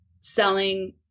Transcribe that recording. selling